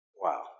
Wow